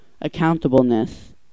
Accountableness